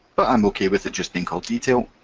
but i'm ok with it just being called detail,